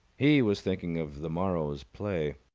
he was thinking of the morrow's play.